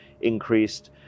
increased